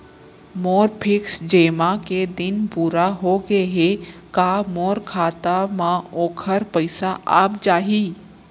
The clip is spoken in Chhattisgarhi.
मोर फिक्स जेमा के दिन पूरा होगे हे का मोर खाता म वोखर पइसा आप जाही?